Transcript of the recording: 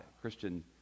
Christian